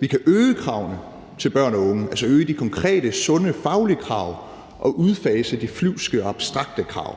Vi kan øge kravene til børn og unge, altså øge de konkrete sunde, faglige krav og udfase de flyvske og abstrakte krav.